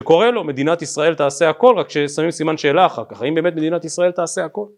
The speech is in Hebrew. קורא לו מדינת ישראל תעשה הכל רק כששמים סימן שאלה אחר כך האם באמת מדינת ישראל תעשה הכל